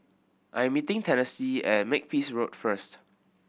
I'm meeting Tennessee at Makepeace Road first